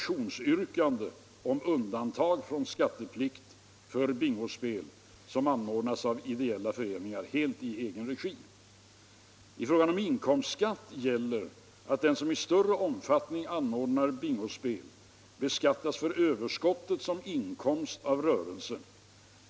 I fråga om inkomstskatt gäller att den som i större omfattning anordnar bingospel beskattas för överskottet som för inkomst av rörelse.